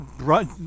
run